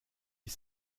est